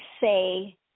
say